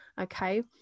okay